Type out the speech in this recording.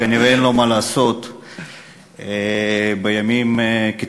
כנראה אין לו מה לעשות בימים כתיקונם,